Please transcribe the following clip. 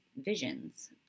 visions